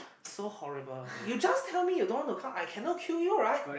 so horrible you just tell me you don't wanna come I cannot kill you right